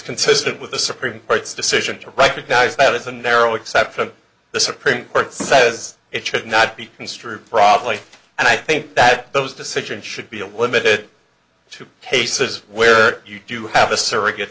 consistent with the supreme court's decision to recognize that it's a narrow exception the supreme court says it should not be construed probably and i think that those decision should be a limited to cases where you have a surrogate